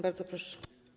Bardzo proszę.